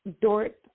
Dort